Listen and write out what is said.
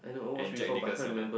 and Jack-Nicholson ah